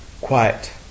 quiet